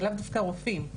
זה לאו דווקא רופאים.